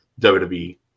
WWE